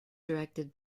directed